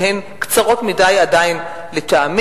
שלטעמי עדיין הן מעטות.